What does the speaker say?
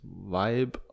vibe